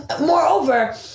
Moreover